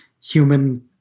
human